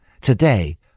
Today